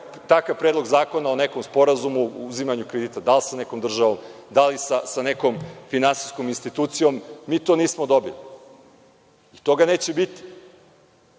Takav predlog zakona o nekom sporazumu o uzimanju kredita, da li sa nekom državom, da li sa nekom finansijskom institucijom, nismo dobili. Toga neće biti.